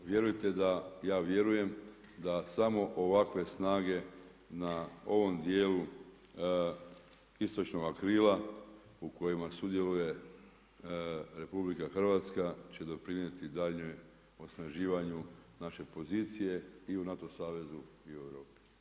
Vjerujte da ja vjerujem da samo ovakve snage na ovom dijelu istočnoga krila u kojima sudjeluje Republika Hrvatska će doprinijeti daljnjem osnaživanju naše pozicije i u NATO savezu i u Europi.